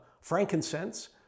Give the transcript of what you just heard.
frankincense